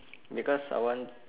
because I want